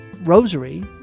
rosary